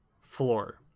floor